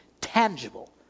tangible